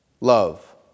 Love